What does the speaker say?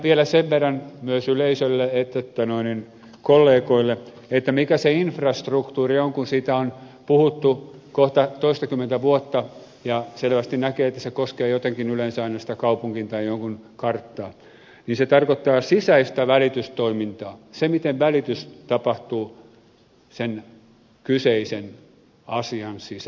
vielä sen verran sekä yleisölle että kollegoille siitä mikä se infrastruktuuri on kun siitä on puhuttu kohta toistakymmentä vuotta ja selvästi näkee että se koskee jotenkin yleensä aina sitä kaupungin tai jonkun karttaa niin se tarkoittaa sisäistä välitystoimintaa sitä miten välitys tapahtuu sen kyseisen asian sisällä